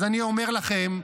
אז אני אומר לכם,